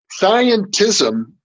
Scientism